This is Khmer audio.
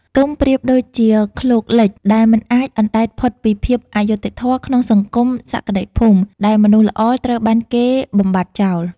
ទុំប្រៀបដូចជា "ឃ្លោកលិច" ដែលមិនអាចអណ្ដែតផុតពីភាពអយុត្តិធម៌ក្នុងសង្គមសក្តិភូមិ ដែលមនុស្សល្អត្រូវបានគេបំបាត់ចោល។